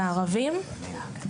נכון מאוד.